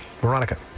Veronica